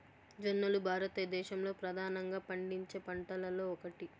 జొన్నలు భారతదేశంలో ప్రధానంగా పండించే పంటలలో ఒకటి